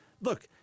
Look